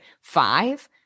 five